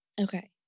Okay